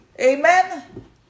Amen